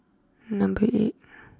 number eight